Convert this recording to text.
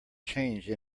change